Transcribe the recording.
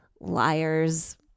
liars